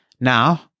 Now